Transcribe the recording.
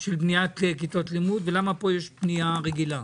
של בניית כיתות לימוד, ולמה פה יש פנייה רגילה?